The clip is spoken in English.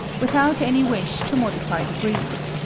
without any wish to modify the breed.